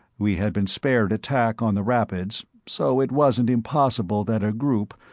we had been spared attack on the rapids, so it wasn't impossible that a group,